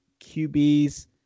qbs